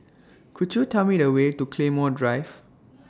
Could YOU Tell Me The Way to Claymore Drive